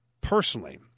personally